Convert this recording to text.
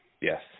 Yes